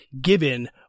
given